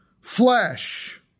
flesh